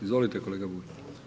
Izvolite kolega Bulj.